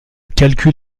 calcul